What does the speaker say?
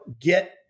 get